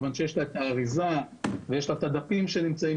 מכיוון שיש לה את האריזה והדפים בפנים.